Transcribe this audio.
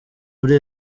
muri